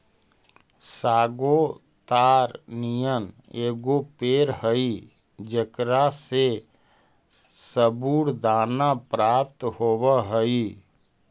sago ताड़ नियन एगो पेड़ हई जेकरा से सबूरदाना प्राप्त होब हई